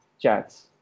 chats